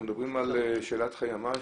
אנחנו מדברים על שאלת חיים ממש.